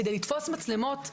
כדי לתפוס מצלמות,